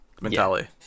mentality